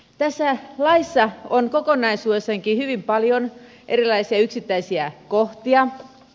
tässä laissa on kokonaisuudessaankin hyvin paljon erilaisia yksittäisiä kohtia